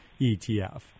ETF